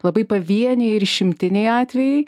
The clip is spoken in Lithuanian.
labai pavieniai ir išimtiniai atvejai